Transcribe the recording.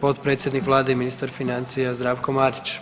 potpredsjednik Vlade i ministar financija Zdravko Marić.